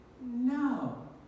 No